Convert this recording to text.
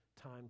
time